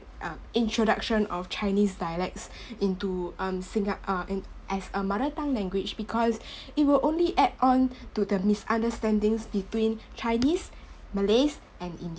uh introduction of chinese dialects into um singa~ uh in as a mother tongue language because it will only add on to the misunderstandings between chinese malays and indi~